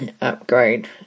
upgrade